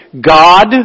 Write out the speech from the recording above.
God